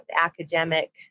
academic